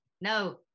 No